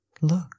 Look